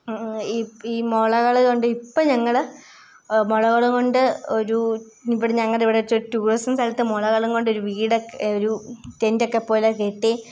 ഈ മുളകൾ കൊണ്ട് ഇപ്പം ഞങ്ങൾ മുളകൾ കൊണ്ട് ഒരൂ ഇവിടെ ഞങ്ങടിവിടെ ചുറ്റുവേഴ്സും സ്ഥലത്തു മുളകൾ കൊണ്ട് ഒരു വീടൊക്കെ ഒരു ടെൻ്റൊക്കെ പോലെ കെട്ടി